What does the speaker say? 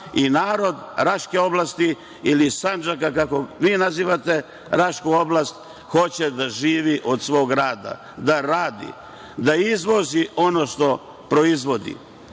Narod Raške oblasti ili Sandžaka, kako vi nazivate Rašku oblast, hoće da živi od svog rada, da radi, da izvozi ono što proizvodi,